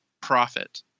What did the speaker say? profit